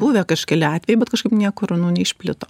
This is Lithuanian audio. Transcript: buvę kažkeli atvejai bet kažkaip niekur nu neišplito